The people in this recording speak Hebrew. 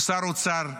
הוא שר אוצר כושל,